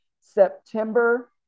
September